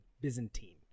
byzantine